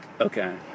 Okay